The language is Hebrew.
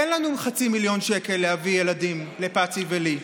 אין לנו חצי מיליון שקל להביא ילדים, לפָצִי ולי.